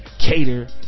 cater